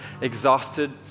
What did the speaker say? exhausted